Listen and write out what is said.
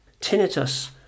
Tinnitus